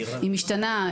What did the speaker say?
היא משתנה,